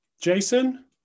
jason